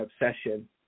obsession